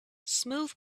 smooth